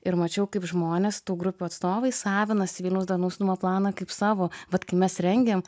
ir mačiau kaip žmonės tų grupių atstovai savinasi vilniaus darnaus judumo planą kaip savo vad kai mes rengėm